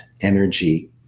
energy